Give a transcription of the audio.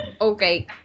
Okay